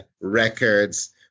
records